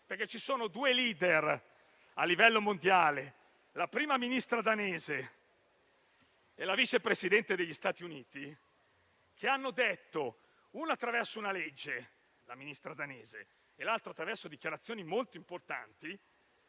perché ci sono due *leader*, a livello mondiale, la Prima Ministra danese e la Vice Presidente degli Stati Uniti, che hanno invitato - una attraverso una legge (la Ministra danese) e l'altra attraverso dichiarazioni molto importanti